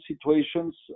situations